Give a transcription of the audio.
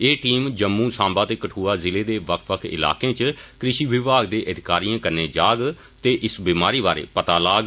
एह टीम जम्मू सांबा ते कदुआ जिले दे बक्ख बक्ख इलाकें इच कृशि विभाग दे अधिकारिएं कन्नै जाग ते इस बीमारी बारै पता लाग